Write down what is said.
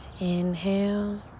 Inhale